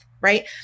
right